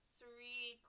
three